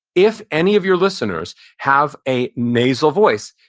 if any of your listeners have a nasal voice,